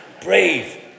Brave